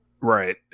right